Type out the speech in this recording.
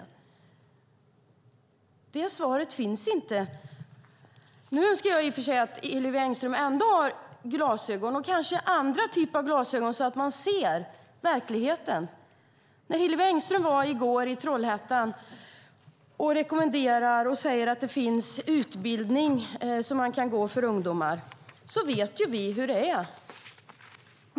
Svaret på den frågan finns inte. Nu önskar jag i och för sig att Hillevi Engström ändå har glasögon, men kanske en annan typ av glasögon, så att hon ser verkligheten. Hillevi Engström var i går i Trollhättan. Hon gav rekommendationer och sade att det finns utbildning som ungdomar kan gå. Men vi vet hur det är.